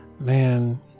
man